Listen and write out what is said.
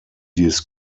dies